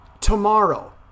Tomorrow